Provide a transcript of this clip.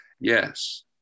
Yes